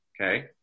okay